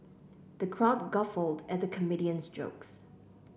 the crowd guffawed at the comedian's jokes